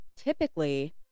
typically